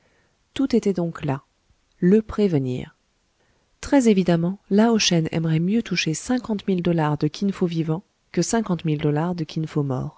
tout était donc là le prévenir très évidemment lao shen aimerait mieux toucher cinquante mille dollars de kin fo vivant que cinquante mille dollars de